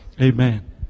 Amen